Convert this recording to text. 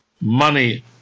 Money